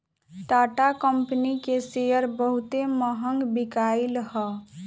Tata company के share बहुते महंग बिकाईल हअ